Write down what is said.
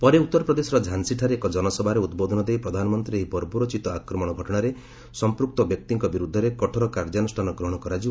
ପରେ ଉତ୍ତରପ୍ରଦେଶର ଝାନ୍ସୀଠାରେ ଏକ ଜନସଭାରେ ଉଦ୍ବୋଧନ ଦେଇ ପ୍ରଧାନମନ୍ତ୍ରୀ ଏହି ବର୍ବରୋଚିତ ଆକ୍ରମଣ ଘଟଣାରେ ସଂପୂକ୍ତ ବ୍ୟକ୍ତିଙ୍କ ବିରୁଦ୍ଧରେ କଠୋର କାର୍ଯ୍ୟାନୁଷାନ ଗ୍ରହଣ କରାଯିବ